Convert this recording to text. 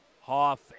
Hoff